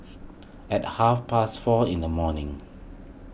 at half past four in the morning